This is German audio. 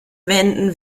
wenden